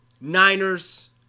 Niners